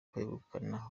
kwegukana